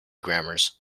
grammars